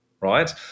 right